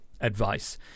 advice